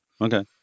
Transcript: Okay